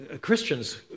Christians